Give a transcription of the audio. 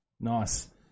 Nice